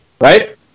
right